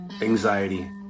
anxiety